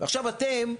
עכשיו אתם,